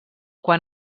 quan